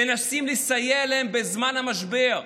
מנסים לסייע להם בזמן המשבר.